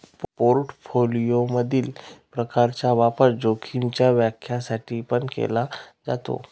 portfolio मधील फरकाचा वापर जोखीमीच्या व्याख्या साठी पण केला जातो